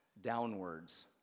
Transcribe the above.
downwards